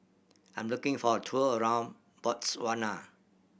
I am looking for a tour around Botswana